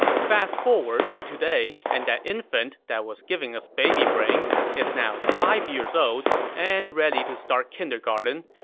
fast forward to today, and that infant that was giving us baby brain is now five years old and ready to start kindergarten,